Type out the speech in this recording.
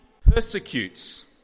persecutes